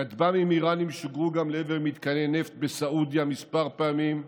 כטב"מים איראניים שוגרו גם לעבר מתקני נפט בסעודיה כמה פעמים,